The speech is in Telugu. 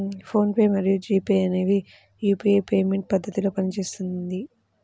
ఫోన్ పే మరియు జీ పే అనేవి యూపీఐ పేమెంట్ పద్ధతిలో పనిచేస్తుంది